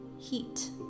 heat